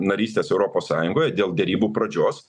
narystės europos sąjungoje dėl derybų pradžios